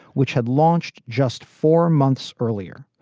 which had launched just four months earlier.